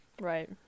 Right